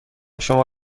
شما